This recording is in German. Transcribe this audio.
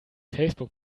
facebook